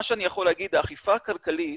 מה שאני יכול להגיד, האכיפה הכלכלית,